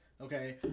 okay